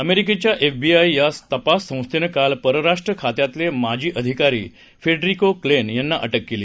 अमेरिकेच्या एफबीआय या तपास संस्थेनं काल परराष्ट्र खात्यातले माजी अधिकारी फेडरिको क्लेन यांना अटक केली